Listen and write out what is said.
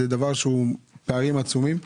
אלה פערים עצומים.